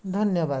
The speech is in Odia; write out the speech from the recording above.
ଧନ୍ୟବାଦ